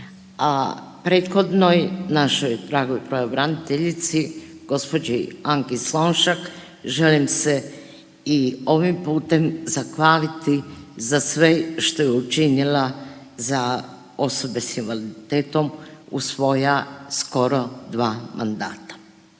a prethodnoj našoj dragoj pravobraniteljici gospođi Anki Slonjšak želim se i ovim putem zahvaliti za sve što je učinila za osobe s invaliditetom u svoja skoro dva mandata.